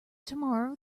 tomorrow